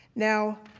now,